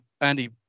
Andy